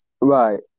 Right